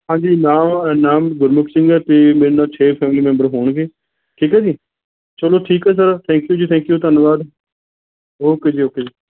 ਹਾਂਜੀ ਨਾਮ ਨਾਮ ਗੁਰਮੁਖ ਸਿੰਘ ਹੈ ਅਤੇ ਮੇਰੇ ਨਾਲ ਛੇ ਫੈਮਲੀ ਮੈਂਬਰ ਹੋਣਗੇ ਠੀਕ ਹੈ ਜੀ ਚਲੋ ਠੀਕ ਹੈ ਸਰ ਥੈਂਕ ਯੂ ਜੀ ਥੈਂਕ ਯੂ ਧੰਨਵਾਦ ਓਕੇ ਜੀ ਓਕੇ ਜੀ